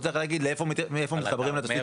היא צריכה להגיד לי מאיפה מתחברים לתשתית